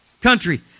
country